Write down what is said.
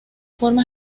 forma